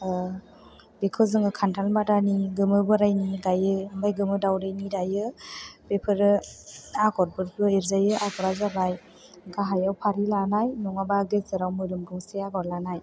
बेखौ जोङो खान्थाल मादानि गोमो बोराइनि गायो ओमफ्राय गोमो दावदैनि दायो बेफोरो आगरफोरबो एरजायो आगरा जाबाय गाहायाव फारि लानाय नङाबा गेजेराव मोदोम गंसे आगर लानाय